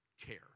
care